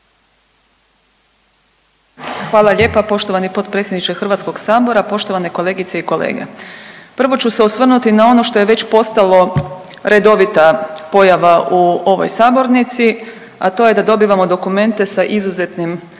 Hvala lijepa poštovani potpredsjedniče HS, poštovane kolegice i kolege. Prvo ću se osvrnuti na ono što je već postalo redovita pojava u ovoj sabornici, a to je da dobivamo dokumente sa izuzetnim